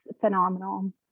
phenomenal